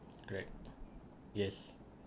correct yes